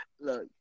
look